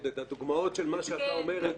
זאת אומרת: הדוגמאות של מה שאתה אומר הן